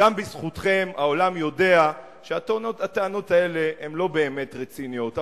שגם בזכותכם העולם יודע שהטענות האלה הן לא באמת רציניות.